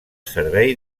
servei